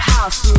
House